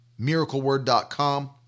MiracleWord.com